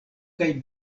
kaj